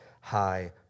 high